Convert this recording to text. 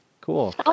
Cool